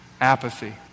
Apathy